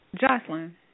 Jocelyn